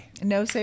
no